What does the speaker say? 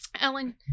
Ellen